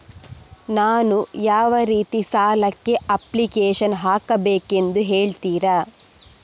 ನಾನು ಯಾವ ರೀತಿ ಸಾಲಕ್ಕೆ ಅಪ್ಲಿಕೇಶನ್ ಹಾಕಬೇಕೆಂದು ಹೇಳ್ತಿರಾ?